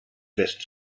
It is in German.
westen